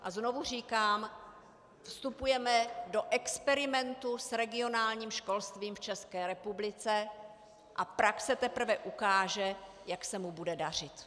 A znovu říkám, vstupujeme do experimentu s regionálním školstvím v České republice a praxe teprve ukáže, jak se mu bude dařit.